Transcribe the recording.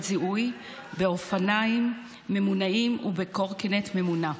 זיהוי באופניים ממונעים ובקורקינט ממונע.